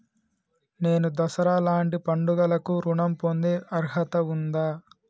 నేను దసరా లాంటి పండుగ కు ఋణం పొందే అర్హత ఉందా?